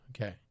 Okay